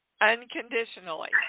unconditionally